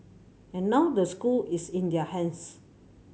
and now the school is in their hands